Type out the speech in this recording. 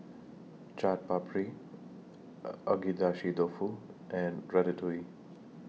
Chaat Papri Agedashi Dofu and Ratatouille